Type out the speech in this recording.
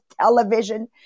television